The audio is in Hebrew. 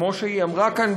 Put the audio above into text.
כמו שהיא אמרה כאן,